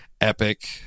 epic